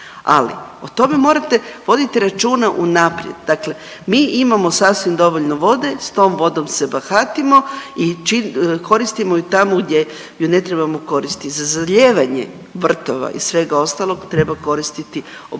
ali o tome morate voditi računa unaprijed, dakle mi imamo sasvim dovoljno vode, s tom vodom se bahatimo i koristimo ju tamo gdje ju ne trebamo koristiti. Za zalijevanje vrtova i svega ostalog treba koristiti ovu